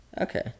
okay